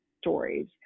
stories